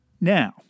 Now